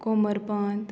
Komarpant